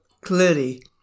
clearly